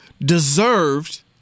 deserved